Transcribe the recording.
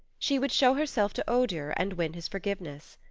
she would show herself to odur and win his forgiveness.